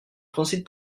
principe